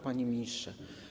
Panie Ministrze!